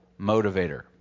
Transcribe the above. motivator